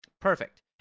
Perfect